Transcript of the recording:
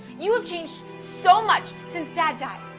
you have changed so much since dad died.